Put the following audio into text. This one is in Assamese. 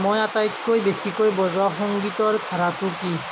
মই আটাইতকৈ বেছিকৈ বজোৱা সংগীতৰ ধাৰাটো কি